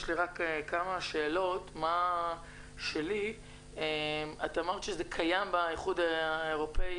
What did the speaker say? יש לי כמה שאלות: את אמרת שזה קיים באיחוד האירופאי,